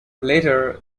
later